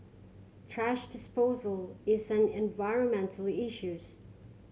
thrash disposal is an environmental issues